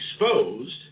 exposed